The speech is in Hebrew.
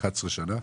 11 שנה.